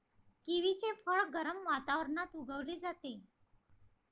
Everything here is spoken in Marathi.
किवीचे फळ गरम वातावरणात उगवले जाते